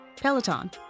Peloton